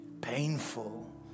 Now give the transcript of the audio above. painful